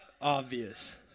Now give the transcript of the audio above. obvious